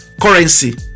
currency